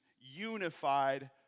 unified